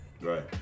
Right